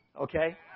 okay